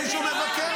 להגיד "חונטה צבאית"